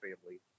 family